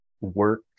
work